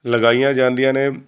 ਲਗਾਈਆਂ ਜਾਂਦੀਆਂ ਨੇ